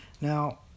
Now